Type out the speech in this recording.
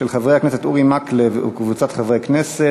של חבר הכנסת אורי מקלב וקבוצת חברי הכנסת.